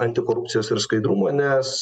antikorupcijos ir skaidrumo nes